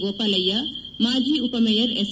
ಗೋಪಾಲಯ್ಯ ಮಾಜಿ ಉಪಮೇಯರ್ ಎಸ್